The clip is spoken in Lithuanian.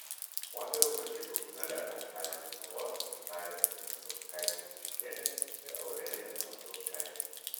moterų varžybų finale penktadienį kovos gintarė venčkauskaitė juškienė ir aurelija tamašauskaitė